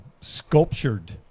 sculptured